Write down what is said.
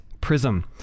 Prism